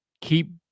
keep